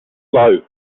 slow